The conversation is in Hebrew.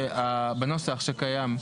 בנוסח שקיים,